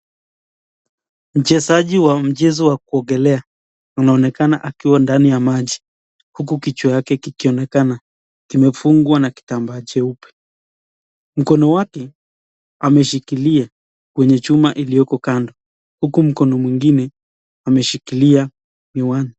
Mchezaji wa mchezo wa kuogelea anaonekana akiwa ndani ya maji huku kichwa yake kikionekana kimefungwa na kitambaa cheupe. Mkono wake ameshikilia kwenye chuma iliyoko kanda huku mkono mwingine ameshikilia miwani.